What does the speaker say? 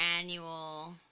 annual